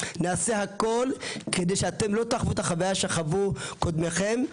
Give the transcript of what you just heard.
נעשה הכול כדי שאתם לא תחוו את החוויה שחוו קודמיכם.